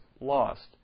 lost